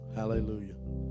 Hallelujah